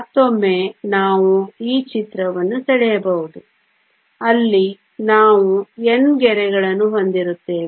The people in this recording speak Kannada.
ಮತ್ತೊಮ್ಮೆ ನಾವು ಈ ಚಿತ್ರವನ್ನು ಸೆಳೆಯಬಹುದು ಅಲ್ಲಿ ನಾವು N ಗೆರೆಗಳನ್ನು ಹೊಂದಿರುತ್ತೇವೆ